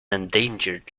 endangered